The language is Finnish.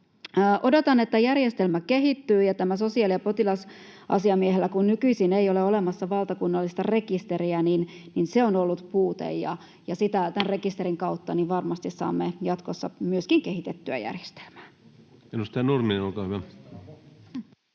Odotan, että järjestelmä kehittyy. Se, että sosiaali- ja potilasasiamiehellä nykyisin ei ole olemassa valtakunnallista rekisteriä, on ollut puute, ja sitä tämän rekisterin kautta varmasti saamme jatkossa myöskin kehitettyä järjestelmään.